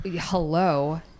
Hello